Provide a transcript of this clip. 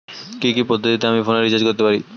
কি কি পদ্ধতিতে আমি ফোনে রিচার্জ করতে পারি?